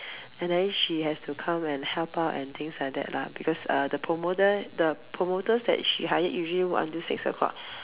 and then she has to come and help out and things like that lah because uh the promoter the promoters that she hired usually work until six o-clock